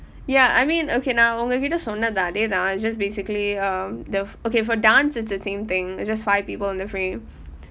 ya I mean okay நான் உங்க கிட்ட சொன்னது அதே தான்:naan unga kitta sonnathu athe thaan is just basically um the okay for dance is the same thing it's just five people in the frame